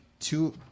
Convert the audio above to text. Two